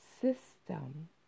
system